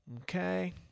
Okay